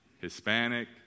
Hispanic